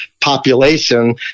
population